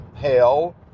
hell